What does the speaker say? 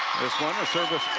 this one is a